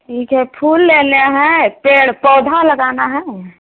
ठीक है फूल लेना है पेड़ पौधा लगाना है